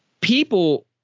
people